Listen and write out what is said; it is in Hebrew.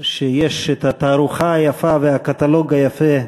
שיש את התערוכה היפה והקטלוג היפה,